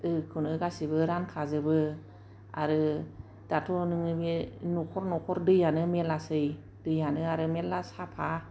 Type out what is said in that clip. खौनो गासिबो रानखा जोबो आरो दाथ' नोङो बे न'खर न'खर दै आनो मेरला सै दैआनो आरो मेरला साफा